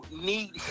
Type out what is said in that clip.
need